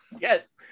yes